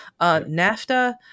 NAFTA